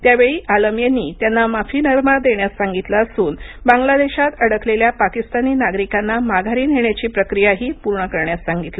त्यावेळी आलम यांनी त्यांना माफीनामा देण्यास सांगितलं असून बांगलादेशात अडकलेल्या पाकिस्तानी नागरिकांना माघारी नेण्याची प्रकियाही पूर्ण करण्यास सांगितलं